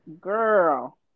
Girl